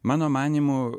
mano manymu